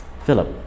Philip